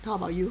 how about you